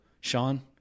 sean